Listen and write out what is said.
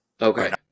Okay